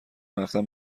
رفتن